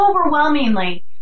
overwhelmingly